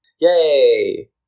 Yay